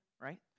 right